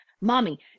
Mommy